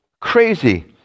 Crazy